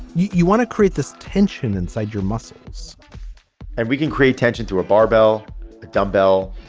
you want to create this tension inside your muscles and we can create tension through a barbell dumbbell.